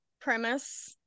premise